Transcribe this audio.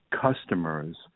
customers